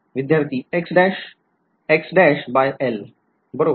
विध्यार्थी बरोबर